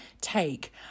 take